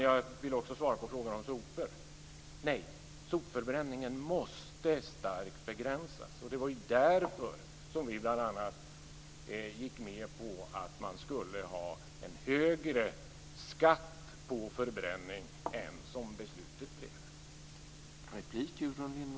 Jag vill också svara på frågan om sopor. Nej, sopförbränningen måste starkt begränsas. Det var bl.a. därför som vi gick med på att ha en högre skatt på förbränning än vad beslutet blev.